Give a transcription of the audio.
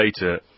later